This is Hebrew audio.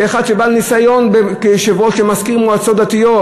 כאחד שהוא בעל ניסיון כיושב-ראש ומזכיר מועצות דתיות